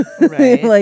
Right